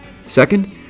Second